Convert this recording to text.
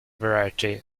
variety